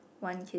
want kid